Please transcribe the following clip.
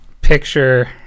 picture